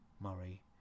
Murray